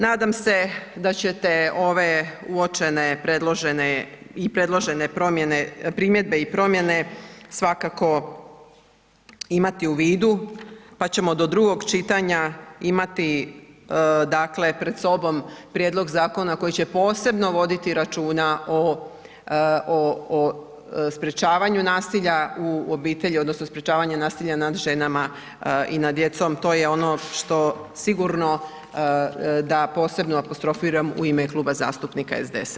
Nadam se da ćete ove uočene predložene i predložene promjene, primjedbe i promjene svakako imati u vidu, pa ćemo do drugog čitanja imati, dakle, pred sobom prijedlog zakona koji će posebno voditi računa o sprječavanju nasilja u obitelji odnosno sprječavanju nasilja nad ženama i nad djecom, to je ono što sigurno da posebno apostrofiram u ime Kluba zastupnika SDSS-a.